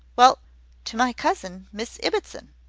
well to my cousin, miss ibbotson.